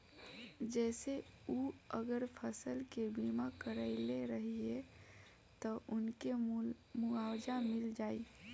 जेसे उ अगर फसल के बीमा करइले रहिये त उनके मुआवजा मिल जाइ